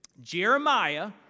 Jeremiah